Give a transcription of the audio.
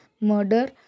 murder